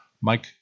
Mike